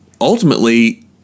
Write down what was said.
Ultimately